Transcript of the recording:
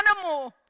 animal